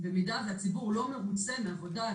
במידה והציבור לא מרוצה מעבודת